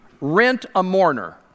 Rent-A-Mourner